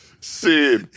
See